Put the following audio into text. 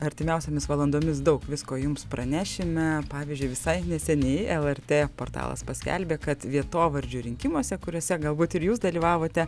artimiausiomis valandomis daug visko jums pranešime pavyzdžiui visai neseniai lrt portalas paskelbė kad vietovardžių rinkimuose kuriuose galbūt ir jūs dalyvavote